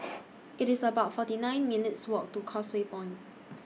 It's about forty nine minutes' Walk to Causeway Point